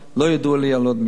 לא ידוע לי על עוד מקרים.